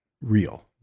real